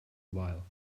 while